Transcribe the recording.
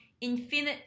Infinite